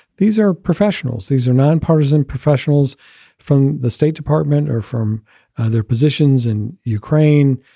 these are professionals. these are nonpartisan professionals from the state department or from their positions in ukraine.